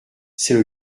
c’est